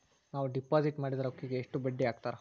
ನಾವು ಡಿಪಾಸಿಟ್ ಮಾಡಿದ ರೊಕ್ಕಿಗೆ ಎಷ್ಟು ಬಡ್ಡಿ ಹಾಕ್ತಾರಾ?